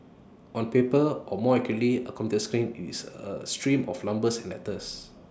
on paper or more accurately A computer screen it's A stream of numbers and letters